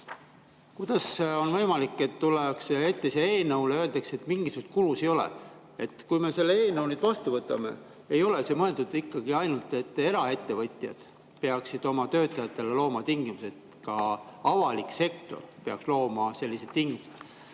Kuidas on võimalik, et tullakse meie ette eelnõuga ja öeldakse, et mingisuguseid kulusid ei ole? Kui me selle eelnõu vastu võtame, ei ole see mõeldud ikkagi ainult selleks, et eraettevõtjad peaksid oma töötajatele looma tingimused. Ka avalik sektor peaks looma sellised tingimused.